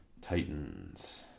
Titans